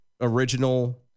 original